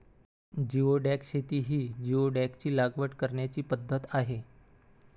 geoduck शेती ही जिओडॅकची लागवड करण्याची पद्धत आहे